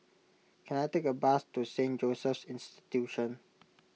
can I take a bus to Saint Joseph's Institution